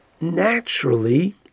naturally